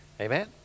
Amen